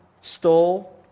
stole